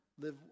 Live